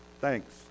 Thanks